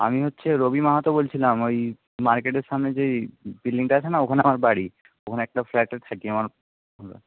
আমি হচ্ছে রবি মাহাতো বলছিলাম ওই মার্কেটের সামনে যেই বিল্ডিংটা আছে না ওইখানে আমার বাড়ি ওখানে একটা ফ্ল্যাটে থাকি আমার